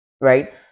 right